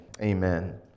amen